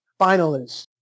finalists